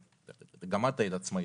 גם את היית עצמאית,